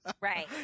Right